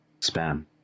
Spam